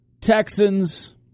Texans